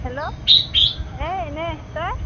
hello এই এনেই তই